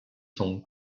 sont